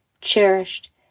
cherished